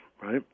right